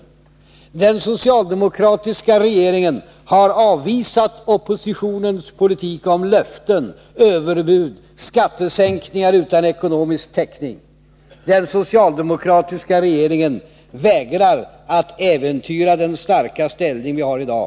Regeringen” — den socialdemokratiska — ”har avvisat oppositionens politik om löften, överbud, skattesänkningar utan ekonomisk täckning. Regeringen vägrar att äventyra den starka ställning vi har i dag.